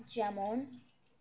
যেমন